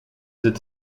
its